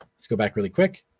let's go back really quick,